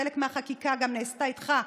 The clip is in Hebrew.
חלק מהחקיקה גם נעשתה איתך,